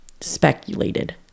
Speculated